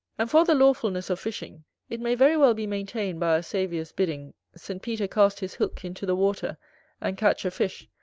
and for the lawfulness of fishing it may very well be maintained by our saviour's bidding st. peter cast his hook into the water and catch a fish,